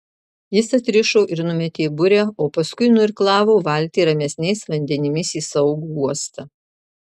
jis atrišo ir numetė burę o paskui nuirklavo valtį ramesniais vandenimis į saugų uostą